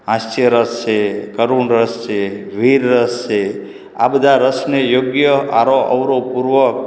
હાસ્ય રસ છે કરુણ રસ છે વીર રસ છે આ બધા રસને યોગ્ય આરોહ અવરોહ પૂર્વક